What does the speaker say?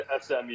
SMU